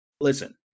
Listen